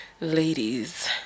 Ladies